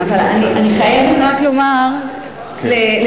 אבל אני חייבת רק לומר לסיכום,